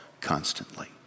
constantly